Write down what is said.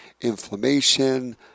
inflammation